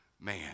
man